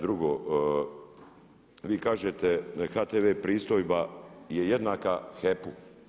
Drugo, vi kažete da HTV pristojba je jednaka HEP-u.